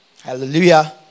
hallelujah